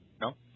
No